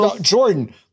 jordan